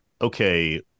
okay